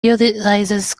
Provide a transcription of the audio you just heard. utilizes